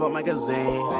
magazine